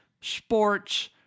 sports